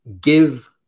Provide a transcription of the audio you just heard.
give